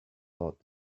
thought